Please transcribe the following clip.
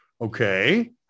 okay